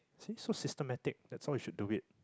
see so systematic that's how we should do it